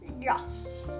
yes